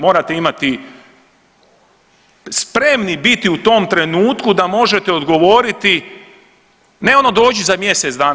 Morate imati spremni biti u tom trenutku da možete odgovoriti ne ono dođi za mjesec dana.